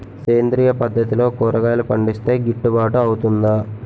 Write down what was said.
సేంద్రీయ పద్దతిలో కూరగాయలు పండిస్తే కిట్టుబాటు అవుతుందా?